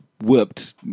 whooped